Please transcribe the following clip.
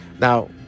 Now